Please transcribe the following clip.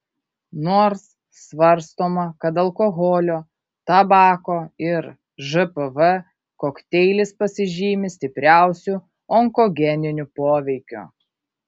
nors svarstoma kad alkoholio tabako ir žpv kokteilis pasižymi stipriausiu onkogeniniu poveikiu